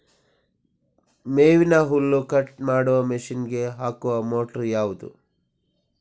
ಮೇವಿನ ಹುಲ್ಲು ಕಟ್ ಮಾಡುವ ಮಷೀನ್ ಗೆ ಹಾಕುವ ಮೋಟ್ರು ಯಾವುದು?